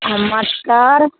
नमस्कार